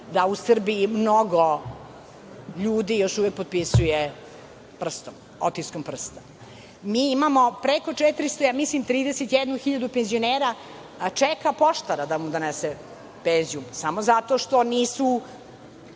da u Srbiji mnogo ljudi još uvek potpisuje otiskom prsta. Mi imamo preko 400, mislim 31 hiljadu penzionera koji čeka poštara da mu donese penziju samo zato što nisu